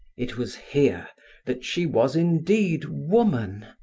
it was here that she was indeed woman,